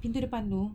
pintu depanmu